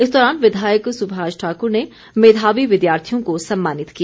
इस दौरान विधायक सुभाष ठाकर ने मेधावी विद्यार्थियों को सम्मानित किया